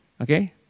Okay